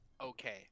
okay